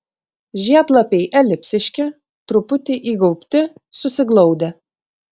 žiedlapiai elipsiški truputį įgaubti susiglaudę